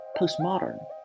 postmodern